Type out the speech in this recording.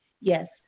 Yes